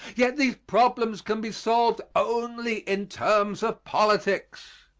yet these problems can be solved only in terms of politics.